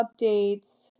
updates